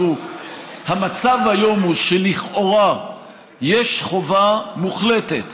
המצב היום הוא שלכאורה יש חובה מוחלטת